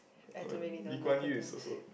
uh Lee-Kuan-Yew is also